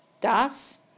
Das